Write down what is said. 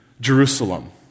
Jerusalem